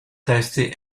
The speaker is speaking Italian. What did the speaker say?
testi